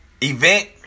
event